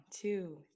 two